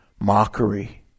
mockery